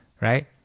right